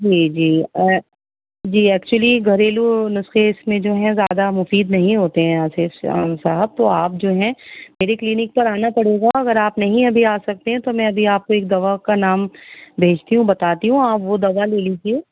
جی جی جی ایکچولی گھریلو نسخے اس میں جو ہیں زیادہ مفید نہیں ہوتے ہیں آصف امام صاحب تو آپ جو ہیں میری کلینک پر آنا پڑے گا اگر آپ نہیں ابھی آ سکتے ہیں تو میں ابھی آپ کو ایک دوا کا نام بھیجتی ہوں بتاتی ہوں آپ وہ دوا لے لیجیے